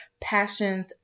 passions